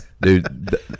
dude